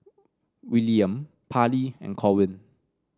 Willaim Parlee and Corwin